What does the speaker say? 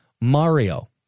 Mario